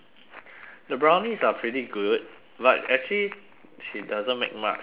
the brownies are pretty good but actually she doesn't make much but